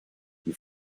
die